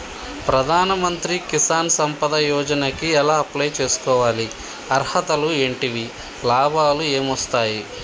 ప్రధాన మంత్రి కిసాన్ సంపద యోజన కి ఎలా అప్లయ్ చేసుకోవాలి? అర్హతలు ఏంటివి? లాభాలు ఏమొస్తాయి?